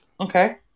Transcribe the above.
Okay